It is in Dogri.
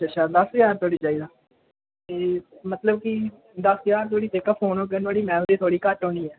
अच्छा दस ज्हार धीड़ी चाहिदा मतलब कि दस ज्हार धोड़ी जेह्का फोन होगा नुहाड़ी मेमोरी थोह्ड़ी घट्ट होनी ऐ